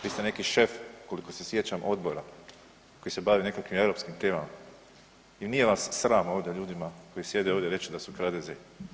Vi ste neki šef koliko se sjećam odbora koji se bavi nekakvim europskim temama i nije vas sram ovdje ljudima koji sjede ovdje da su kradeze.